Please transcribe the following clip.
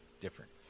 different